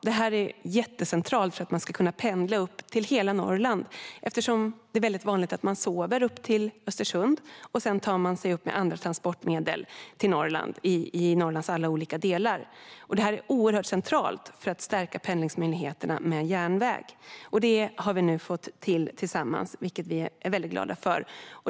Det är jättecentralt för att man ska kunna pendla till hela Norrland, eftersom det är vanligt att man sover upp till Östersund och sedan med andra transportmedel tar sig till Norrlands olika delar. Detta är oerhört centralt för att stärka möjligheterna att pendla med järnväg. Vi har nu tillsammans fått till detta, vilket vi är väldigt glada för.